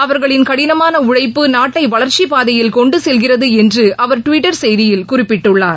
அவர்களின் கடினமான உழைப்பு நாட்டை வளர்ச்சி பாதையில் கொண்டு செல்கிறது என்று அவர் டுவிட்டர் செய்தியில் குறிப்பிட்டுள்ளார்